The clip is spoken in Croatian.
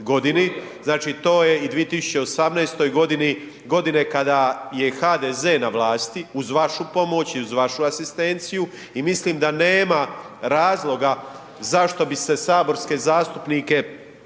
znači to je i 2018. g. kada je HDZ na vlasti, uz vašu pomoć i vašu asistenciju. I mislim da nema razloga, zašto bi se saborske zastupnike sprječavalo